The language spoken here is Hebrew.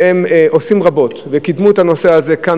שעושים רבות וקידמו את הנושא הזה כאן